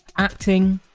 acting,